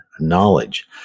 knowledge